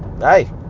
hey